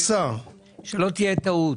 שלא תהיה טעות